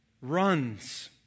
runs